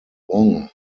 wong